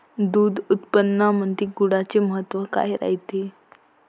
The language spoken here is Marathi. दूध उत्पादनामंदी गुळाचे महत्व काय रायते?